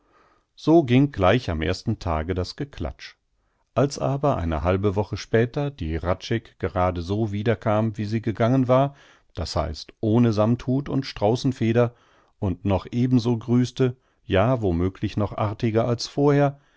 so ging gleich am ersten tage das geklatsch als aber eine halbe woche später die hradscheck gerade so wieder kam wie sie gegangen war das heißt ohne sammthut und straußenfeder und noch ebenso grüßte ja womöglich noch artiger als vorher